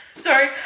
Sorry